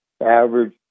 average